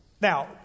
Now